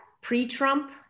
pre-Trump